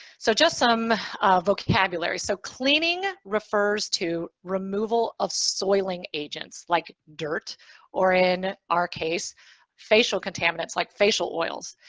so just some vocabulary. so cleaning refers to removal of soiling agents, like dirt or in our case facial contaminants like facial oils.